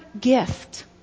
gift